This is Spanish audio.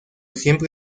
siempre